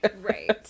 Right